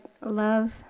love